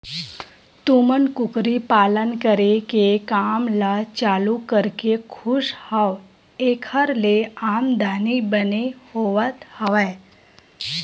तुमन कुकरी पालन करे के काम ल चालू करके खुस हव ऐखर ले आमदानी बने होवत हवय?